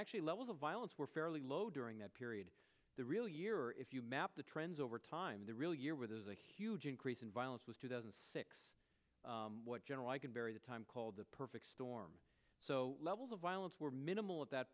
actually levels of violence were fairly low during that period the real year if you map the trends over time the real year where there's a huge increase in violence was two thousand and six what general i can vary the time called the perfect storm so levels of violence were minimal at that